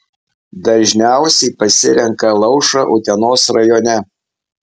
dažniausiai pasirenka alaušą utenos rajone